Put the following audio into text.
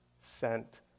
sent